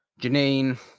Janine